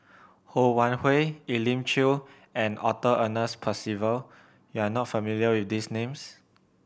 Ho Wan Hui Elim Chew and Arthur Ernest Percival you are not familiar with these names